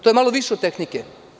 To je malo više od tehnike.